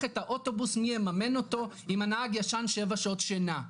את האוטובוס מי יממן אותו אם הנהג ישן שבע שעות שינה,